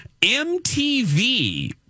MTV